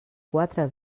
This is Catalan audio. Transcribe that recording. quatre